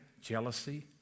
jealousy